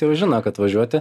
jau žino kad važiuoti